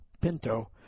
Pinto